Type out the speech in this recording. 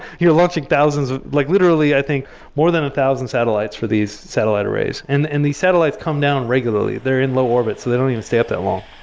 you're launching thousands like literally, i think more than a thousand satellites for these satellite arrays. and and these satellites come down regularly. they're in low orbit, so they don't even stay up that long.